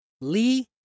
Lee